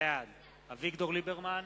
בעד אביגדור ליברמן,